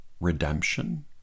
redemption